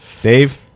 Dave